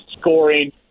scoring